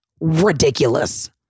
Ridiculous